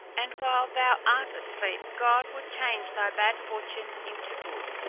and while thou art asleep, god will change thy bad fortune into good.